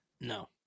No